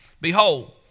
Behold